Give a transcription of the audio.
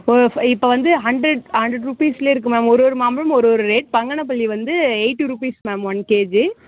so இப்போ வந்து hundred hundred ருப்பீஸ்லே இருக்குது மேம் ஒரு ஒரு மாம்பழமும் ஒரு ஒரு ரேட் பங்கனப்பள்ளி வந்து eighty rupees ma'am one KG